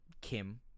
Kim